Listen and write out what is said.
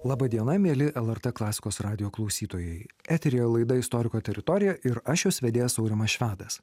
laba diena mieli lrt klasikos radijo klausytojai eteryje laida istoriko teritorija ir aš jos vedėjas aurimas švedas